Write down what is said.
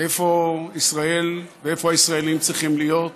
איפה ישראל ואיפה הישראלים צריכים להיות